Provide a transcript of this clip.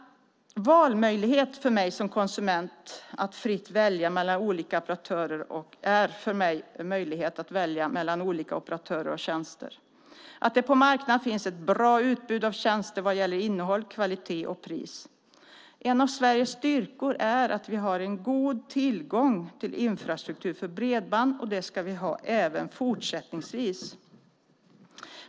Valmöjlighet för mig som konsument är en möjlighet att fritt välja mellan olika operatörer och tjänster. Det handlar om att det på marknaden finns ett bra utbud av tjänster vad gäller innehåll, kvalitet och pris. En av Sveriges styrkor är att vi har en god tillgång till infrastruktur för bredband, och det ska vi ha även fortsättningsvis.